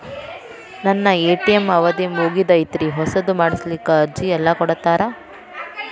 ನನ್ನ ಎ.ಟಿ.ಎಂ ಅವಧಿ ಮುಗದೈತ್ರಿ ಹೊಸದು ಮಾಡಸಲಿಕ್ಕೆ ಅರ್ಜಿ ಎಲ್ಲ ಕೊಡತಾರ?